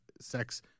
sex